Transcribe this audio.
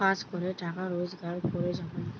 কাজ করে টাকা রোজগার করে জমানো